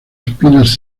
espinas